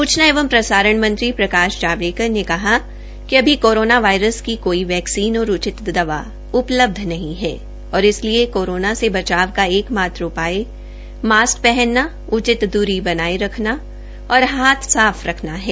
सूचना एवं प्रसारण मंत्री प्रकाश जवाड़ेकर ने कहा कि अभी कोरोना वायरस की कोई वैक्सीन और उचित दवा उपलब्ध नहीं है और इसलिए कोरोना से बचाव का एकमात्र उपाय मास्क पहनना उचित दूरी बनाये रखना और हाथ साफ रखना है